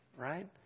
right